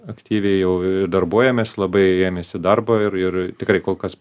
aktyviai jau ee darbuojamės labai ėmėsi darbo ir ir tikrai kol kas